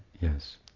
Yes